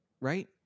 right